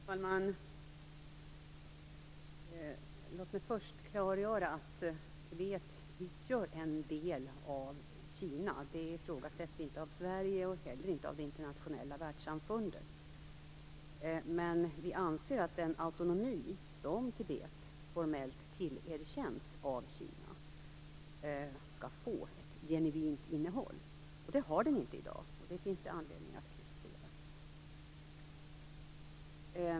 Herr talman! Låt mig först klargöra att Tibet utgör en del av Kina. Det ifrågasätts inte av Sverige, och inte heller av det internationella världssamfundet. Men Sverige anser att den autonomi som Tibet formellt tillerkänns av Kina skall få ett genuint innehåll. Det har den inte i dag, och detta finns det anledning att kritisera.